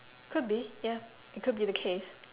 could be ya it could be the case